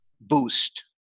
boost